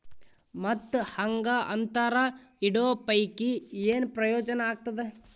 ಮತ್ತ್ ಹಾಂಗಾ ಅಂತರ ಇಡೋ ಪೈಕಿ, ಏನ್ ಪ್ರಯೋಜನ ಆಗ್ತಾದ?